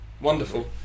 Wonderful